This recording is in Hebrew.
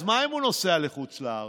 אז מה אם הוא נוסע לחוץ לארץ?